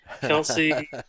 Kelsey